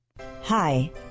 Hi